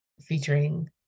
featuring